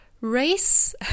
race